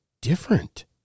different